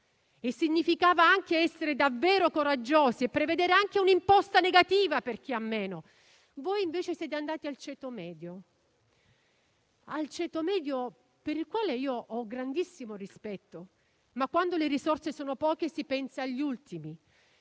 significava essere davvero coraggiosi, e prevedere anche un'imposta negativa per chi ha meno. Voi invece siete andati al ceto medio, per il quale ho grandissimo rispetto, ma quando le risorse sono poche si pensa agli ultimi,